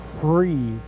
free